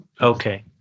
okay